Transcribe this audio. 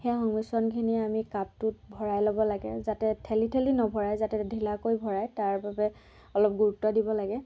সেই সংমিশ্ৰণখিনি আমি কাপটোত ভৰাই ল'ব লাগে যাতে ঠেলি ঠেলি নভৰাই যাতে ঢিলাকৈ ভৰাই তাৰবাবে অলপ গুৰুত্ব দিব লাগে